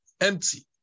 empty